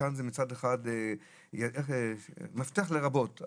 וכאן זה מצד אחד מפתח לרבות.